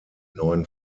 neuen